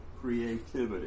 creativity